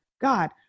God